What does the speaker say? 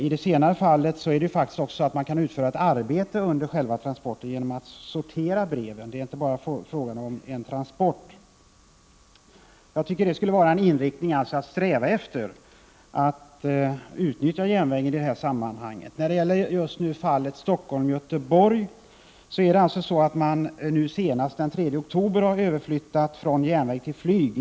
I det senare fallet är det inte bara fråga om en transport, utan ett arbete kan samtidigt utföras med sortering av brev. Jag tycker att det vore en inriktning att sträva efter att utnyttja järnväg i detta sammanhang. När det gäller fallet Stockholm-Göteborg har man nu senast den 3 oktober överflyttat transporter från järnväg till flyg.